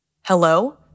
Hello